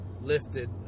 lifted